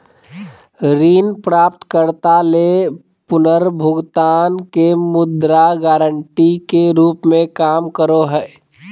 ऋण प्राप्तकर्ता ले पुनर्भुगतान के मुद्रा गारंटी के रूप में काम करो हइ